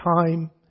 time